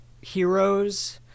heroes